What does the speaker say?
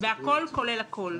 בהכול כולל הכול.